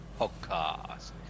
Podcast